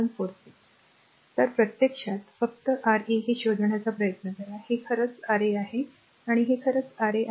आता प्रत्यक्षात फक्त r a हे शोधण्याचा प्रयत्न करा हे खरंच r a आहे आणि हे खरंच R a आहे